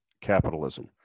capitalism